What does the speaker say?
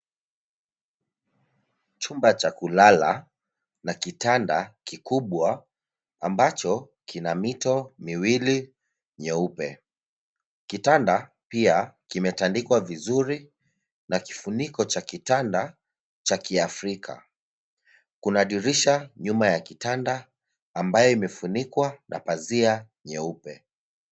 Chumba cha kulala na kitanda kikubwa, ambacho kina mito miwili nyeupe. Kitanda pia kimetandikwa vizuri na kufuniko cha kitanda cha kiafrika. Kuna dirisha nyuma ya kitanda ambayo imefunikwa na pazia nyeupe.